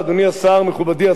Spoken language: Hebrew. בוועדה שלי,